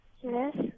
Yes